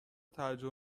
تعجب